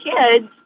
kids